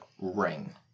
ring